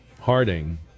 Harding